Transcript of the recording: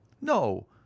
no